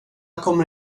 kommer